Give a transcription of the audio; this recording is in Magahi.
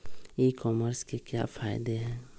ई कॉमर्स के क्या फायदे हैं?